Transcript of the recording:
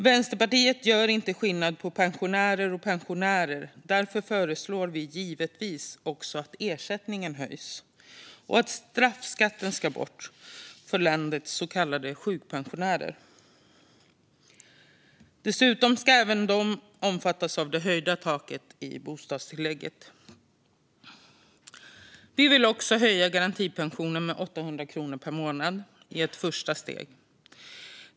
Vänsterpartiet gör inte skillnad på pensionärer och pensionärer. Därför föreslår vi givetvis också att ersättningen höjs och att straffskatten tas bort för landets så kallade sjukpensionärer. Dessutom ska även de omfattas av det höjda taket i bostadstillägget. Vi vill också höja garantipensionen med 800 kronor per månad i ett första steg.